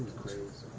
clues